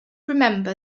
remember